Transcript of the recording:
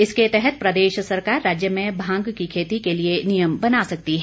इसके तहत प्रदेश सरकार राज्य में भांग की खेती के लिए नियम बना सकती है